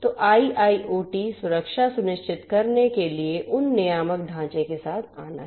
तो आईआईओटी सुरक्षा सुनिश्चित करने के लिए उन नियामक ढांचे के साथ आना है